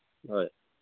ꯍꯣꯏ